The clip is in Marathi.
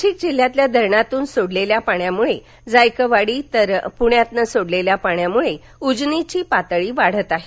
नाशिक जिल्ह्यातील धरणांतून सोडलेल्या पाण्यामुळे जायकवाडी तर पुण्यातन सोडलेल्या पाण्यामुळे उजनीची पातळी वाढते आहे